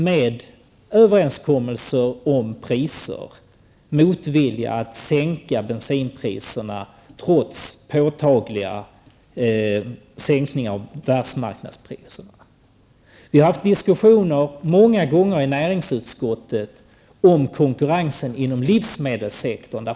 Där finns överenskommelser om priser, där finns motvilja mot att sänka bensinpriserna trots påtagliga sänkningar av världsmarknadspriserna. Vi har i näringsutskottet många gånger haft diskussioner om konkurrensen inom livsmedelssektorn.